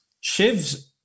shiv's